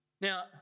Now